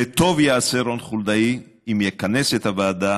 וטוב יעשה רון חולדאי אם יכנס את הוועדה